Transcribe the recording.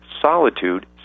solitude